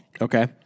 Okay